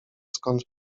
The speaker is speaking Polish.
skąd